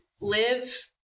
live